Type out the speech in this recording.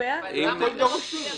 זה הכל דרוש לנו.